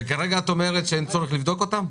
וכרגע את אומרת שאין צורך לבדוק אותם?